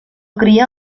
cria